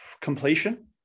completion